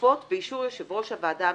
דחופות באישור יושב-ראש הוועדה המשותפת.